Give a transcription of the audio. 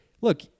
look